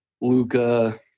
Luca